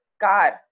God